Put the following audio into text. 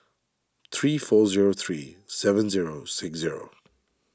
three four zero three seven zero six zero